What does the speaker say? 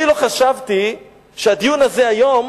אני לא חשבתי שהדיון הזה היום